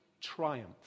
triumph